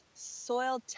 soil